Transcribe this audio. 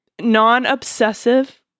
non-obsessive